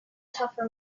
tougher